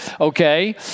okay